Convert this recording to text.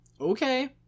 Okay